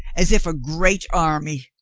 as if a great army.